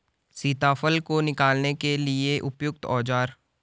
सीताफल को निकालने के लिए उपयुक्त औज़ार?